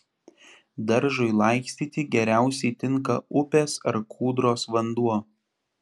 daržui laistyti geriausiai tinka upės ar kūdros vanduo